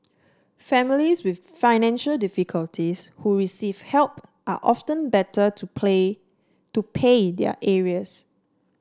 families with financial difficulties who receive help are often better to play to pay their arrears